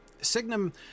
Signum